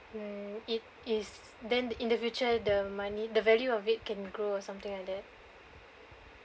um it is then in the future the money the value of it can grow or something like that